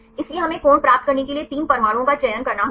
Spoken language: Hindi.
इसलिए हमें कोण प्राप्त करने के लिए 3 परमाणुओं का चयन करना होगा